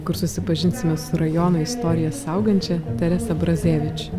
kur susipažinsime su rajono istoriją saugančia teresa brazevič